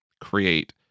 create